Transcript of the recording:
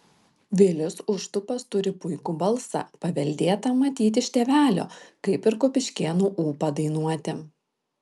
vilius užtupas turi puikų balsą paveldėtą matyt iš tėvelio kaip ir kupiškėnų ūpą dainuoti